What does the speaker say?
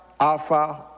Alpha